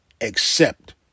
accept